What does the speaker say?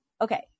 Okay